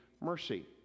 mercy